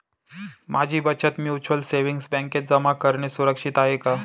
माझी बचत mutual savings बँकेत जमा करणे सुरक्षित आहे का